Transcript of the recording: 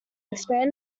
expanded